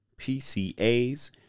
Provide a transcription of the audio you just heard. PCAs